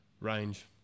range